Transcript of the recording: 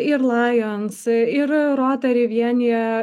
ir lions ir rotary vienija